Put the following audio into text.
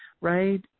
right